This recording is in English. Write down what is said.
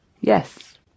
Yes